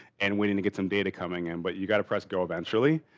and we need to get some data coming in but you got to press go eventually.